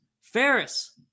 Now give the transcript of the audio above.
Ferris